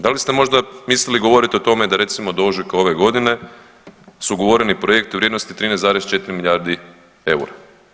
Da li ste možda mislili govoriti o tome da recimo do ožujka ove godine su ugovoreni projekti u vrijednosti od 13,4 milijardi eura.